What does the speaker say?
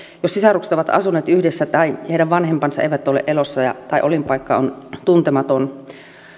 jos sisarukset ovat asuneet yhdessä tai heidän vanhempansa eivät ole elossa tai olinpaikka on tuntematon